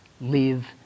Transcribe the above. live